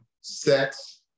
Sex